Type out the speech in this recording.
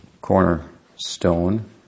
cornerstone